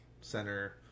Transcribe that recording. center